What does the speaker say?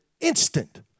instant